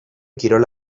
kirola